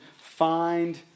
find